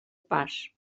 pas